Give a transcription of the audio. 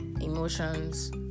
emotions